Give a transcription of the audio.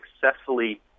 successfully